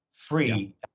free